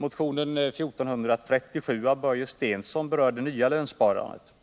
Motionen 1437 av Börje Stensson berör det nya lönsparandet.